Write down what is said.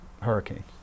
Hurricanes